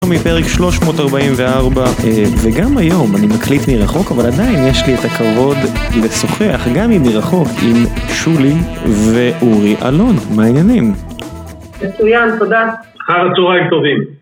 מפרק 344, וגם היום, אני מקליט מרחוק, אבל עדיין יש לי את הכבוד לשוחח, גם אם מרחוק, עם שולי ואורי אלון, מה העניינים? מצוין, תודה. אחר הצהריים טובים.